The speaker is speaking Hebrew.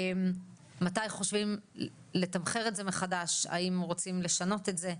מתי חושבים לתמחר את זה מחדש והאם רוצים לשנות את זה,